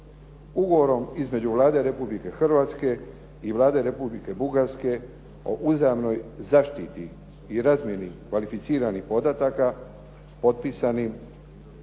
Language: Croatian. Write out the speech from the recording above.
Ugovorom između Vlade Republike Hrvatske i Vlade Republike Bugarske o uzajamnoj zaštiti i razmjeni kvalificiranih podataka potpisanim